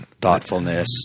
thoughtfulness